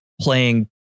playing